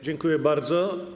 Dziękuję bardzo.